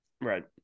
Right